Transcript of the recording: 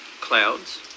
clouds